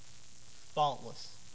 faultless